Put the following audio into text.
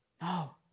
No